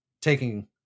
taking